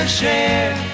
share